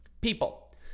People